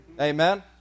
Amen